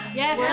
yes